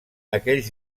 aquells